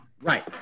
Right